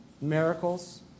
miracles